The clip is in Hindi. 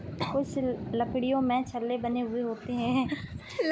कुछ लकड़ियों में छल्ले बने हुए होते हैं